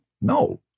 No